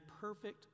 perfect